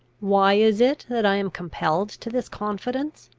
why is it that i am compelled to this confidence?